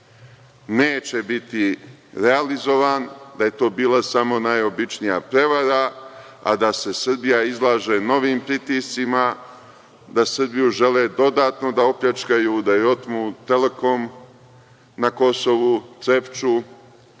neće biti realizovan, da je to bila samo najobičnija prevara a da se Srbija izlaže novim pritiscima, da Srbiju žele dodatno da opljačkaju, da joj otmu „Telekom“ na Kosovu, Trepču,